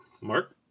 Mark